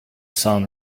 sun